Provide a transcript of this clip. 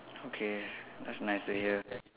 okay that's nice to hear